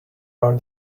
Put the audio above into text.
are